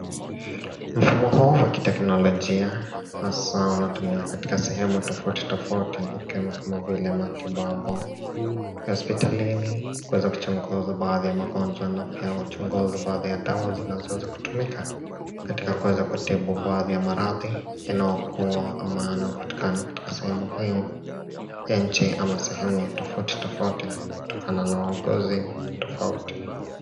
Mfumo huu wa kiteknolojia hasaa unatumia katika sehemu tofauti tofauti kama vile matibabu hospitalini kuweza kuchunguza baadhi ya magonjwa na pia huchunguza baadhi ya dawa zonazoweza kutumika katika kuweza kutibu baadhi ya maradhi yanauokuxa ama yanayowrza kupatikana katika sehemu hii ya n hi ama sehemu tofauti tofauti kutoka a na wauguei tofauti tofauto